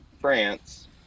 France